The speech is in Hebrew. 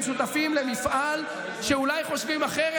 בין שותפים למפעל שאולי חושבים אחרת,